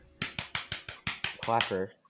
Clapper